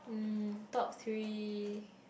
um top three